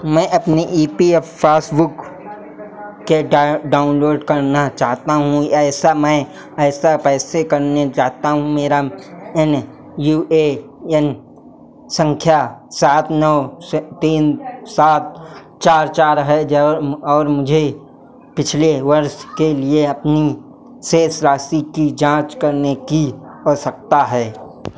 मैं अपनी E P F passbook के डाइ डाउनलोड करना चाहता हूँ ऐसा मैं ऐसा पैसे करने जाता हूँ मेरा नई नई यू ए एन सँख्या सात नौ तीन सात चार चार है ज और मुझे पिछले वर्ष के लिए अपनी शेष राशि की जाँच करने की आवश्यकता है